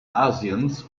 asiens